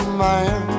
man